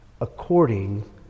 according